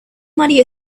money